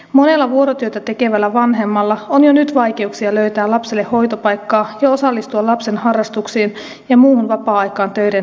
monella vuorotyötä tekevällä vanhemmalla on jo nyt vaikeuksia löytää lapselle hoitopaikkaa ja osallistua lapsen harrastuksiin ja muuhun vapaa aikaan töiden takia